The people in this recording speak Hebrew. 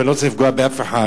ואני לא רוצה לפגוע באף אחד